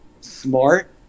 smart